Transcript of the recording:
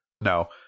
No